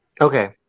Okay